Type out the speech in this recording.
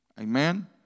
Amen